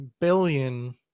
billion